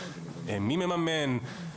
מי מממן,